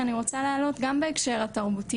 שאני רוצה להעלות גם בהקשר התרבותי,